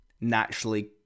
naturally